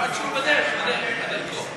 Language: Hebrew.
עד שהוא בדרך, בדרך,